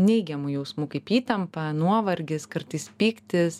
neigiamų jausmų kaip įtampa nuovargis kartais pyktis